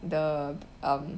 the um